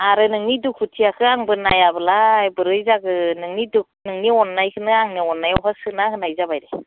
आरो नोंनि दुखुथियाखो आंबो नायाबला बोरै जानो नोंनि अननायखोनो आंनियाव सोना होनाय जाबाय